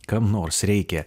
kam nors reikia